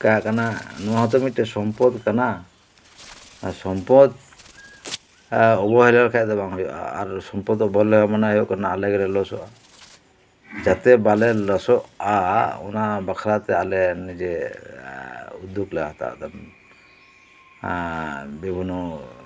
ᱪᱟᱠᱟ ᱟᱠᱟᱱᱟ ᱱᱚᱣᱟ ᱫᱚ ᱢᱤᱫᱴᱮᱡ ᱥᱚᱢᱯᱚᱫ ᱠᱟᱱᱟ ᱥᱚᱢᱯᱚᱫ ᱚᱵᱚᱦᱮᱞᱟ ᱞᱮᱠᱷᱟᱡ ᱫᱚ ᱵᱟᱝ ᱦᱩᱭᱩᱜᱼᱟ ᱟᱨ ᱥᱚᱢᱯᱚᱫ ᱚᱵᱚᱦᱮᱞᱟ ᱞᱮᱠᱷᱟᱡ ᱢᱚᱱᱮ ᱦᱩᱭᱩᱜ ᱠᱟᱱᱟ ᱟᱞᱮ ᱜᱮᱞᱮ ᱞᱚᱥᱚᱜᱼᱟ ᱡᱟᱛᱮ ᱵᱟᱞᱮ ᱞᱚᱥᱚᱜᱼᱟ ᱚᱱᱟ ᱵᱟᱠᱷᱟᱨᱟ ᱛᱮ ᱟᱞᱮ ᱱᱤᱡᱮ ᱩᱫᱚᱜ ᱞᱮ ᱦᱟᱛᱟᱣ ᱮᱫᱟ ᱵᱤᱵᱷᱤᱱᱱᱚ